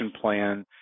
plan